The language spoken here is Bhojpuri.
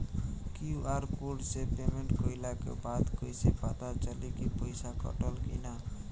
क्यू.आर कोड से पेमेंट कईला के बाद कईसे पता चली की पैसा कटल की ना?